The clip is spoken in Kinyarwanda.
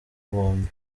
bombi